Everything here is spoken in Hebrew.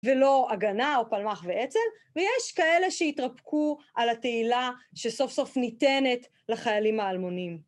ולא הגנה או פלמ"ח ואצ"ל, ויש כאלה שהתרפקו על התהילה שסוף סוף ניתנת לחיילים האלמונים.